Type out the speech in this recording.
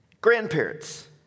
grandparents